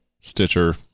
Stitcher